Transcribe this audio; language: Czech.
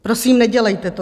Prosím, nedělejte to.